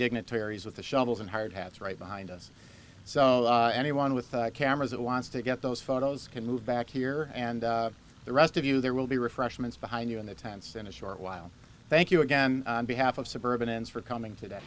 dignitaries with the shovels and hard hats right behind us so anyone with cameras that wants to get those photos can move back here and the rest of you there will be refreshments behind you in the tents in a short while thank you again on behalf of suburban ends for coming to